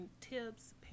tips